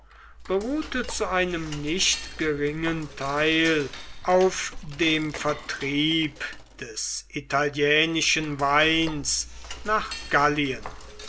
beruhte zu einem nicht geringen teil auf dem vertrieb des italienischen weins nach gallien